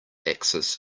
axis